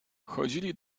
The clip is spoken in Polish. chodzili